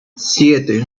siete